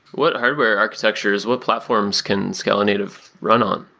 what hardware architectures? what platforms can scala-native run on?